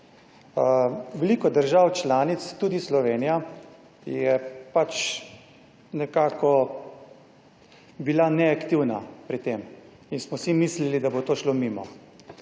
Veliko držav članic, tudi Slovenija je nekako bila neaktivna pri tem in smo vsi mislili, da bo to šlo mimo.